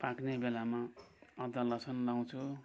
पाक्ने बेलामा अदुवा लसुन लाउँछु